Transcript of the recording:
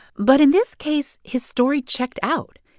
but in this case, his story checked out.